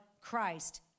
Christ